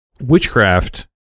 witchcraft